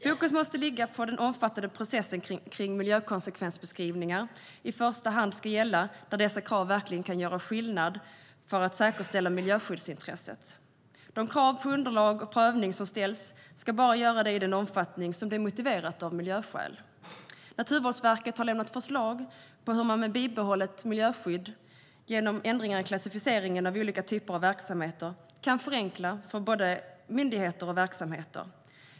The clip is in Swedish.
Fokus måste ligga på att den omfattande processen kring miljökonsekvensbeskrivningar i första hand ska gälla där dessa krav verkligen kan göra skillnad för att säkerställa miljöskyddsintresset. De krav på underlag och prövning som ställs ska bara göra det i den omfattning som det är motiverat av miljöskäl. Naturvårdsverket har lämnat förslag på hur man med bibehållet miljöskydd, genom ändringar i klassificeringen av olika typer av verksamheter, kan förenkla för både myndigheter och verksamheter.